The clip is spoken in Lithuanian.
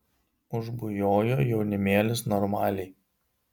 užbujojo jaunimėlis normaliai